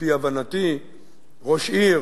על-פי הבנתי ראש עיר